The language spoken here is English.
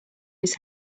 his